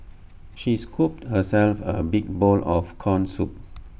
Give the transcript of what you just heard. she scooped herself A big bowl of Corn Soup